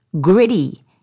gritty